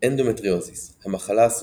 "אנדומטריוזיס המחלה הסודית",